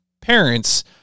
parents